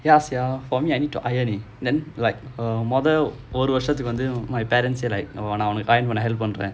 ya sia for me I need to iron eh then like err மொத ஒரு வருஷம் வந்து:motha oru varusham vanthu my parents are like நான் உனக்கு:naan unnakku iron பண்ண:panna help பண்றேன்:pandraen